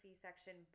C-section